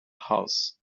house